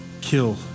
kill